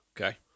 Okay